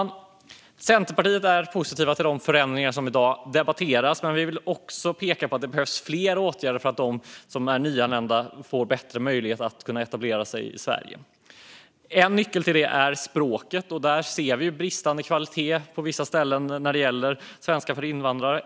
Vi i Centerpartiet är positiva till de förändringar som i dag debatteras, men vi vill också peka på att det behövs fler åtgärder för att de nyanlända ska få bättre möjlighet att etablera sig i Sverige. En nyckel till det är språket. Där ser vi bristande kvalitet på vissa ställen när det gäller svenska för invandrare.